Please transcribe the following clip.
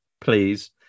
please